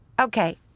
Okay